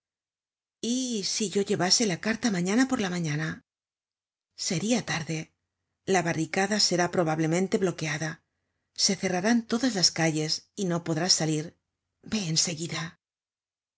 si yo llevase la carta mañana por la mañana seria tarde la barricada será probablemente bloqueada se cerrarán todas las calles y no podrás salir vé en seguida